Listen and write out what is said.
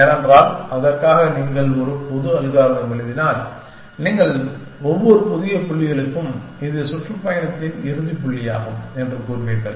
ஏனென்றால் அதற்காக நீங்கள் ஒரு பொது அல்காரிதம் எழுதினால் நகரத்தின் ஒவ்வொரு புதிய புள்ளிகளுக்கும் இது சுற்றுப்பயணத்தின் இறுதிப் புள்ளியாகும் என்று கூறுவீர்கள்